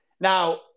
Now